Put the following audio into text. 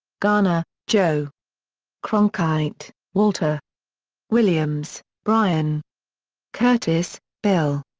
garner, joe cronkite, walter williams, brian kurtis, bill.